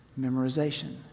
Memorization